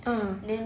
a'ah